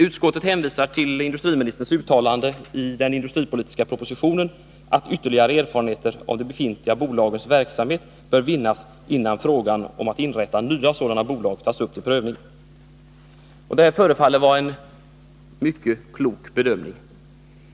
Utskottet hänvisar till industriministerns uttalande i den industripolitiska propositionen att ytterligare erfarenheter av de befintliga bolagens verksamhet bör vinnas innan frågan om att inrätta nya sådana bolag tas upp till prövning. Detta förefaller vara en riktig bedömning.